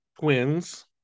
twins